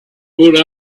rode